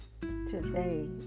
today